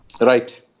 Right